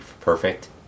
perfect